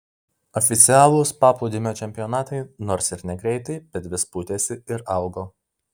oficialūs paplūdimio čempionatai nors ir negreitai bet vis pūtėsi ir augo